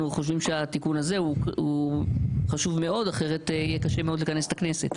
חושבים שהתיקון הזה הוא חשוב מאוד אחרת יהיה קשה מאוד לכנס את הכנסת.